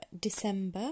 December